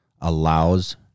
allows